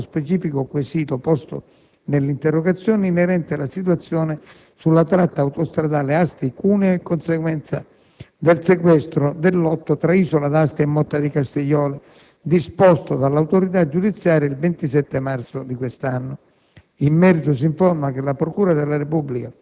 Tanto premesso in linea generale, si risponde allo specifico quesito posto nell'interrogazione inerente la situazione sulla tratta autostradale Asti-Cuneo in conseguenza del sequestro del Lotto tra Isola d'Asti e Motta di Castigliole disposto dall'autorità giudiziaria lo scorso 27 marzo.